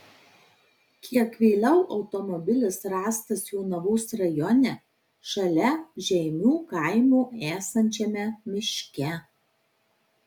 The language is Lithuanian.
kiek vėliau automobilis rastas jonavos rajone šalia žeimių kaimo esančiame miške